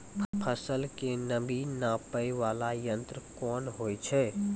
फसल के नमी नापैय वाला यंत्र कोन होय छै